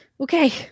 Okay